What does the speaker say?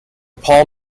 paul